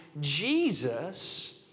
Jesus